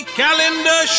calendar